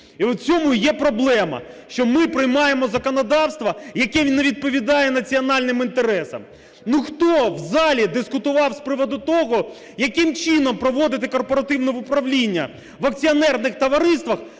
от в цьому і є проблема, що ми приймаємо законодавство, яке не відповідає національним інтересам. Ну хто в залі дискутував з приводу того, яким чином проводити корпоративне управління в акціонерних товариствах